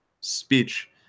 speech